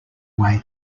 way